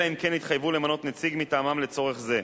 אלא אם כן התחייבו למנות נציג מטעמם לצורך זה,